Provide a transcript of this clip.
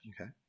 Okay